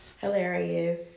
hilarious